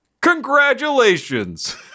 Congratulations